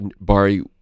Barry